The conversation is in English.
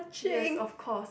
yes of course